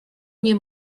nie